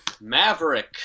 Maverick